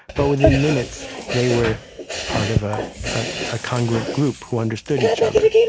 but within minutes, they were part of ah a congruent group who understood each other.